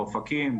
באופקים,